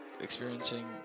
experiencing